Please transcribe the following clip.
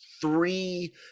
three